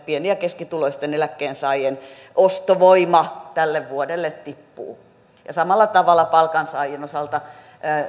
pieni ja keskituloisten eläkkeensaajien ostovoima tälle vuodelle tippuu samalla tavalla palkansaajien osalta